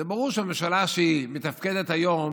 זה ברור שהממשלה שמתפקדת היום